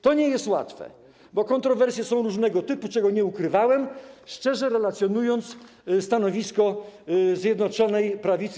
To nie jest łatwe, bo kontrowersje są różnego typu, czego nie ukrywałem, szczerze relacjonując stanowisko Zjednoczonej Prawicy.